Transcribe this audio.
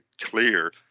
clear